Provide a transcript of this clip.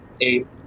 eight